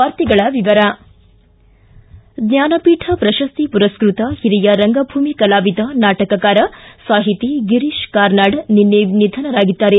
ವಾರ್ತೆಗಳ ವಿವರ ಜ್ವಾನ ಪೀಠ ಪ್ರಶಸ್ತಿ ಪುರಸ್ಪತ ಹಿರಿಯ ರಂಗಭೂಮಿ ಕಲಾವಿದ ನಾಟಕಕಾರ ಸಾಹಿತಿ ಗಿರೀಶ್ ಕಾರ್ನಾಡ್ ನಿನ್ನೆ ನಿಧನರಾಗಿದ್ದಾರೆ